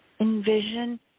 envision